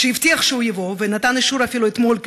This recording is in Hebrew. שהבטיח שהוא יבוא ונתן אישור אפילו אתמול,